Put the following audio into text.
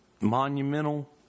monumental